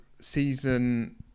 season